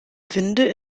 winde